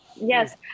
Yes